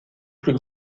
plus